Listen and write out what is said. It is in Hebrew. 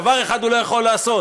דבר אחד הוא לא יכול לעשות,